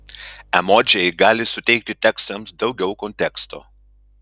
emodžiai gali suteikti tekstams daugiau konteksto